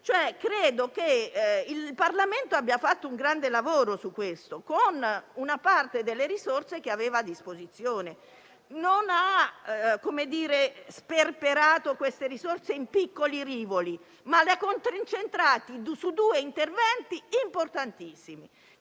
Credo che il Parlamento abbia fatto un grande lavoro, con una parte delle risorse che aveva a disposizione; non le ha sperperate in piccoli rivoli, ma le ha concentrate su due interventi importantissimi: